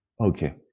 Okay